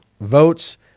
votes